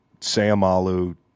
Samalu